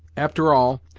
after all,